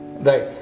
right